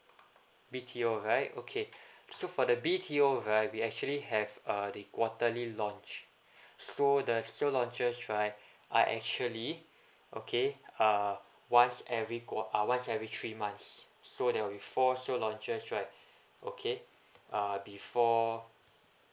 B_T_O right okay so for the B_T_O right we actually have uh the quarterly launch so the sale launches right are actually okay uh once every quar~ uh once every three months so there will be four sale launches right okay uh before